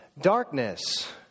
darkness